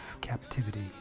captivity